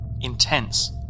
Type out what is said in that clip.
intense